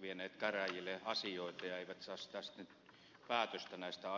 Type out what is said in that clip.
vieneet käräjille asioita ja eivät saa sitten päätöstä näistä asioista